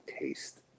taste